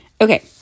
okay